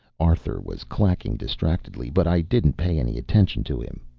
arthur was clacking distractedly, but i didn't pay any attention to him.